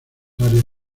áreas